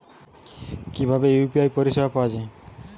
কিভাবে ইউ.পি.আই পরিসেবা পাওয়া য়ায়?